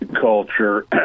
Culture